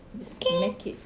you smack it